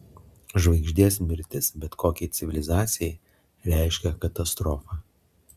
žvaigždės mirtis bet kokiai civilizacijai reiškia katastrofą